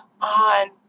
on